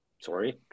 Sorry